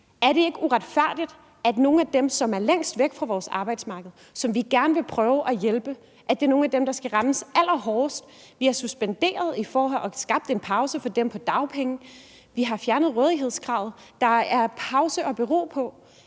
Er det ikke uretfærdigt, at det er nogle af dem, som er længst væk fra vores arbejdsmarked, og som vi gerne vil prøve at hjælpe, der skal rammes allerhårdest? Vi har skabt en pause for dem på dagpenge. Vi har fjernet rådighedskravet. Der er pause og ro på.